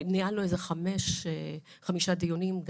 ניהלנו חמישה דיונים,